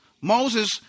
Moses